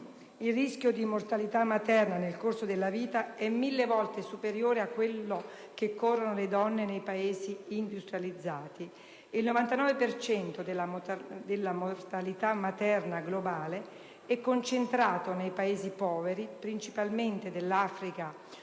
il rischio di mortalità materna nel corso della vita è mille volte superiore a quello che corrono le donne nei Paesi industrializzati e il 99 per cento della mortalità materna globale è concentrato nei Paesi poveri, principalmente dell'Africa